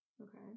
okay